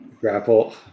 Grapple